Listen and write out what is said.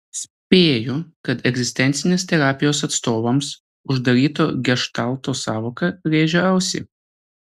spėju kad egzistencinės terapijos atstovams uždaryto geštalto sąvoka rėžia ausį